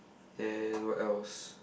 then what else